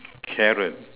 carrot